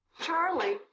Charlie